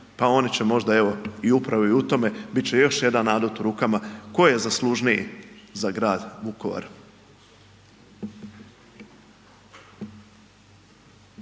pa oni će možda evo upravo i u tome bit će još jedan adut u rukama tko je zaslužniji za grad Vukovar.